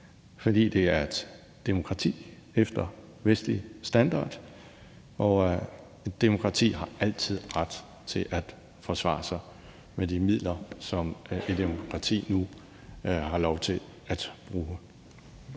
fordi det er et demokrati efter vestlige standarder. Og et demokrati har altid ret til at forsvare sig med de midler, som et demokrati nu har lov til at bruge.